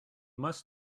must